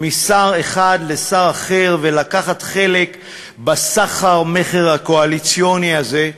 משר אחד לשר אחר ולקחת חלק בסחר-מכר הקואליציוני הזה,